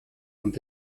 und